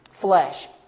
flesh